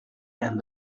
and